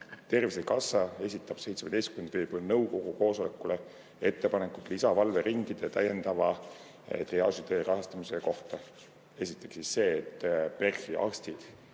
Tervisekassa esitab 17. veebruari nõukogu koosolekule ettepaneku lisavalveringide täiendava triaažitee rahastamise kohta. Esiteks see, et PERH-i arstid